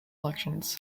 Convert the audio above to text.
elections